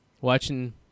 watching